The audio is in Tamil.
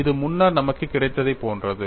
இது முன்னர் நமக்கு கிடைத்ததைப் போன்றது